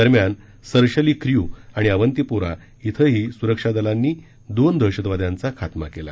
दरम्यान सर्शली ख्र्यू आणि अवंतीपोरा शिंही सुरक्षा दलांनी दोन दहशतवाद्यांचा खातमा केला